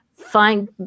Find